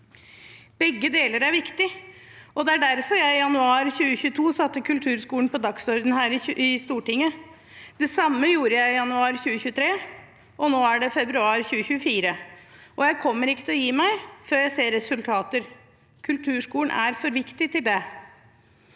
Begge deler er viktig, og det er derfor jeg i januar 2022 satte kulturskolen på dagsordenen her i Stortinget. Det samme gjorde jeg i januar 2023. Nå er det februar 2024, og jeg kommer ikke til å gi meg før jeg ser resultater. Kulturskolen er for viktig til det.